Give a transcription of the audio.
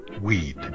weed